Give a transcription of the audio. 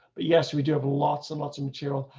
but yes, we do have lots and lots of material.